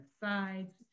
sides